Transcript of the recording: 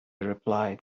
replied